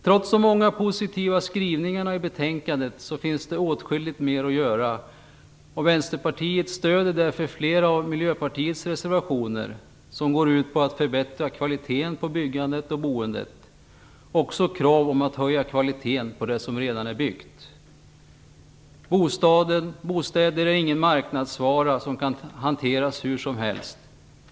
Trots de många positiva skrivningarna i betänkandet finns det åtskilligt mer att göra. Vänsterpartiet stöder därför flera av Miljöpartiets reservationer, som går ut på att förbättra kvaliteten på byggandet och boendet. Det framförs också krav på att man skall höja kvaliteten på det som redan är byggt. Bostäder är ingen marknadsvara som kan hanteras hur som helst.